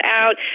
out